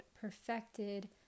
perfected